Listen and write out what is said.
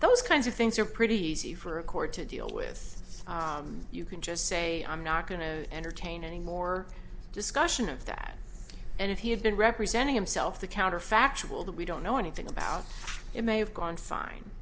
those kinds of things are pretty easy for a court to deal with you can just say i'm not going to entertain any more discussion of that and if he had been representing himself the counterfactual that we don't know anything about it may have gone